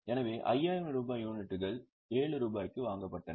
எனவே 5000 ரூபாய் யூனிட்டுகள் 7 ரூபாய்க்கு வாங்கப்பட்டன